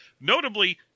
notably